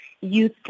youth